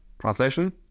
translation